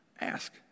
Ask